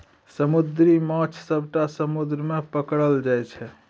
समुद्री माछ सबटा समुद्र मे पकरल जाइ छै